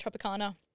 Tropicana